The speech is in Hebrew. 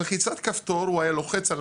הוא היה לוחץ על